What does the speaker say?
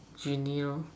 genie lor